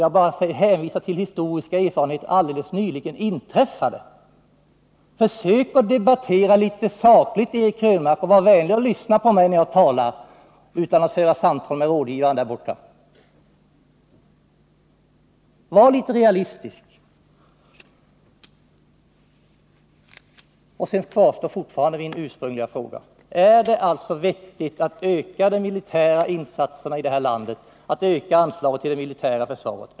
Jag har hänvisat till historiska erfarenheter, alldeles nyligen inträffade. Försök att debattera litet sakligt, Eric Krönmark! Och var vänlig och lyssna på mig när jag talar och för inte samtal med rådgivare! Var litet realistisk! Min ursprungliga fråga kvarstår: Är det vettigt att öka anslagen till det militära försvaret här i landet?